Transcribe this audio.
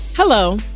Hello